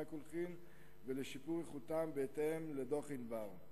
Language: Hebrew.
הקולחין ולשיפור איכותם בהתאם לדוח-ענבר.